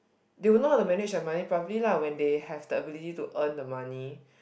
they will know how to manage the money probably lah when they have the ability to earn the money